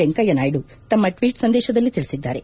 ವೆಂಕಯ್ಯನಾಯ್ಡು ತಮ್ಮ ಟ್ವೀಟ್ ಸಂದೇಶದಲ್ಲಿ ತಿಳಿಸಿದ್ದಾರೆ